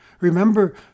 Remember